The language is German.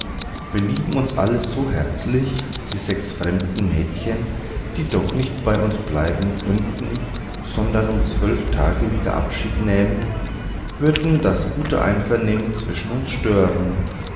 wir lieben uns alle so herzlich die sechs fremden mädchen die doch nicht bei uns bleiben könnten sondern um zwölf tage wieder abschied nähmen würden das gute einvernehmen zwischen uns stören